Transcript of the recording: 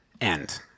end